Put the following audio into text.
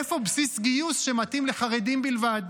איפה בסיס גיוס שמתאים לחרדים בלבד?